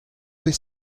bet